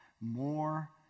more